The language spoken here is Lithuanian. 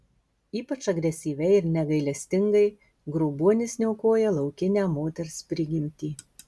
ypač agresyviai ir negailestingai grobuonis niokoja laukinę moters prigimtį